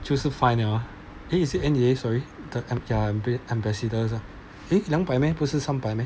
就是 fine liao eh is it N_E_A sorry the am~ am~ ambassadors eh 两百 meh 不是三百 meh